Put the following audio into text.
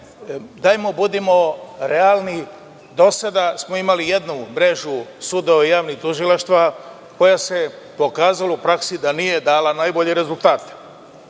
tome, budimo realni. Do sada smo imali jednu mrežu sudova i javnih tužilaštava koja je pokazala u praksi da nije dala najbolje rezultate.